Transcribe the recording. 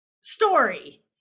story